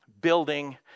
building